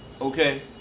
Okay